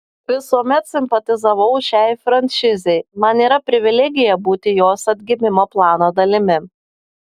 visuomet simpatizavau šiai franšizei man yra privilegija būti jos atgimimo plano dalimi